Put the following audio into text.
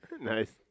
Nice